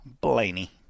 Blaney